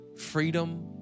freedom